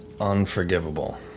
Unforgivable